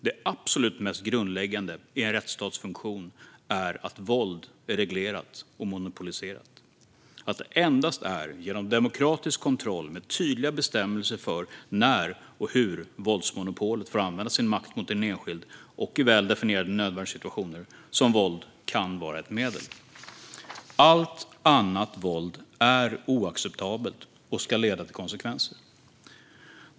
Det absolut mest grundläggande i en rättsstats funktion är att våld är reglerat och monopoliserat, att det endast är genom demokratisk kontroll, med tydliga bestämmelser för när och hur våldsmonopolet får använda sin makt mot en enskild, och i väl definierade nödvärnssituationer som våld kan vara ett medel. Allt annat våld är oacceptabelt och ska leda till konsekvenser.